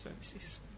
services